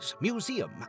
museum